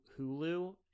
Hulu